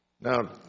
Now